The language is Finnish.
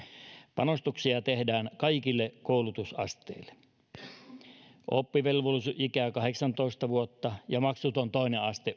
panostuksia tehdään kaikille koulutusasteille oppivelvollisuusikä kahdeksantoista vuotta ja maksuton toinen aste